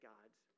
God's